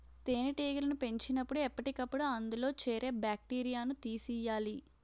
తేనెటీగలను పెంచినపుడు ఎప్పటికప్పుడు అందులో చేరే బాక్టీరియాను తీసియ్యాలి